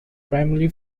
primarily